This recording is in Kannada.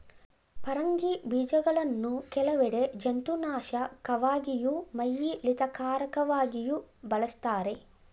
ಪರಂಗಿ ಬೀಜಗಳನ್ನು ಕೆಲವೆಡೆ ಜಂತುನಾಶಕವಾಗಿಯೂ ಮೈಯಿಳಿತಕಾರಕವಾಗಿಯೂ ಬಳಸ್ತಾರೆ